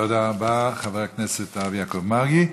תודה רבה לחבר הכנסת הרב יעקב מרגי.